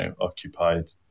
occupied